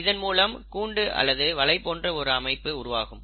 இதன் மூலம் கூண்டு அல்லது வலை போன்ற ஒரு அமைப்பு உருவாகும்